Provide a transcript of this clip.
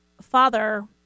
father